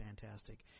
fantastic